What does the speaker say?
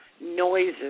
noises